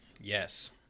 yes